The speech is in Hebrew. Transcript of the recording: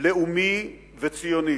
לאומי וציוני.